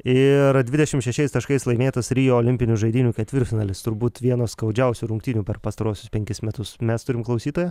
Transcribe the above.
ir dvidešim šešiais taškais laimėtas rio olimpinių žaidynių ketvirtfinalis turbūt vienas skaudžiausių rungtynių per pastaruosius penkis metus mes turim klausytoją